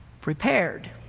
prepared